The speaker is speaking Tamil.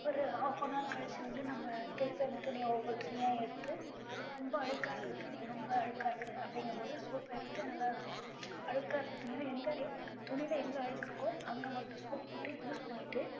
ஒரு ஹாப் அன் ஹவர் கழித்து வந்து நம்ம திருப்பி அந்தத் துணியை ஒவ்வொரு துணியாக எடுத்து ரொம்ப அழுக்காக இருக்கற துணியை ரொம்ப அழுக்காக இருக்குது அப்டிங்கம்போது சோப்பை எடுத்து நல்லா அழுக்காக இருக்கற துணியை துணியில் எங்கே அழுக்கு இருக்கோ அங்கே மட்டும் சோப் போட்டு யூஸ் பண்ணிட்டு